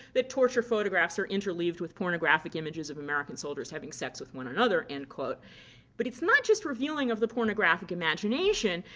that torture photographs are interleaved with pornographic images of american soldiers having sex with one another, end but it's not just revealing of the pornographic imagination.